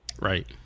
Right